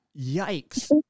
yikes